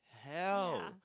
hell